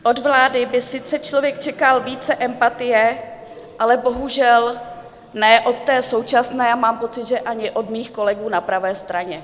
Od vlády by sice člověk čekal více empatie, ale bohužel ne od té současné a mám pocit, že ani od mých kolegů na pravé straně.